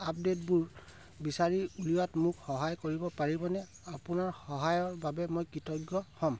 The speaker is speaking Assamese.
আপডে'টবোৰ বিচাৰি উলিওৱাত মোক সহায় কৰিব পাৰিবনে আপোনাৰ সহায়ৰ বাবে মই কৃতজ্ঞ হ'ম